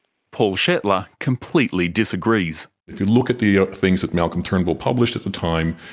paul shetler completely disagrees. if you look at the things that malcolm turnbull published at the time,